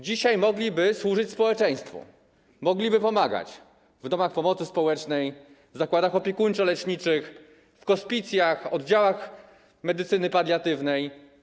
Dzisiaj mogliby służyć społeczeństwu, mogliby pomagać w domach pomocy społecznej, zakładach opiekuńczo-leczniczych, hospicjach, oddziałach medycyny paliatywnej.